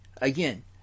Again